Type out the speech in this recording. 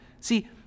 See